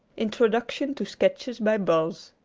introduction to sketches by boz.